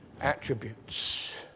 attributes